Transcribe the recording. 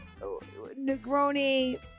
Negroni